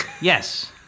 Yes